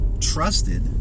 trusted